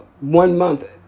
one-month